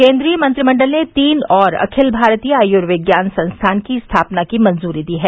केन्द्रीय मंत्रिमंडल ने तीन और अखिल भारतीय आयुर्विज्ञान संस्थान की स्थापना की मंजूरी दी है